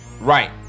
Right